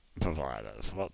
providers